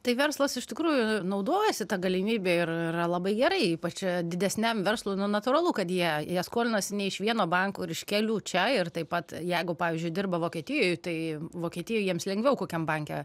tai verslas iš tikrųjų naudojasi ta galimybe ir yra labai gerai ypač didesniam verslui nu natūralu kad jie jie skolinasi ne iš vieno banko ir iš kelių čia ir taip pat jeigu pavyzdžiui dirba vokietijoj tai vokietijoj jiems lengviau kokiam banke